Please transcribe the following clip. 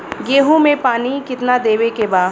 गेहूँ मे पानी कितनादेवे के बा?